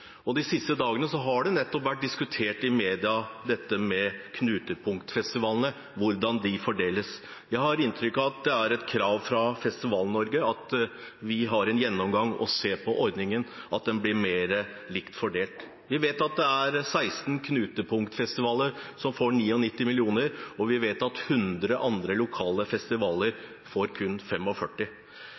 landet. De siste dagene har det nettopp vært diskutert i media dette med knutepunktfestivalene, hvordan de fordeles. Jeg har inntrykk av at det er et krav fra Festival-Norge at vi har en gjennomgang og ser på ordningen, og at det blir mer likt fordelt. Vi vet at det er 16 knutepunktfestivaler som får 99 mill. kr, og vi vet at 100 andre lokale festivaler får kun